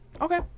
Okay